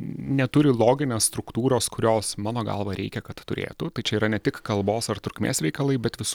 neturi loginės struktūros kurios mano galva reikia kad turėtų tai čia yra ne tik kalbos ar trukmės veikalai bet visų